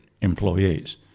employees